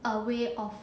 a way of